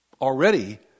Already